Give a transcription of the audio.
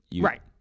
right